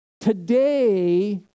Today